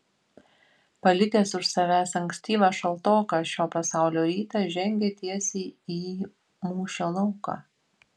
palikęs už savęs ankstyvą šaltoką šio pasaulio rytą žengė tiesiai į mūšio lauką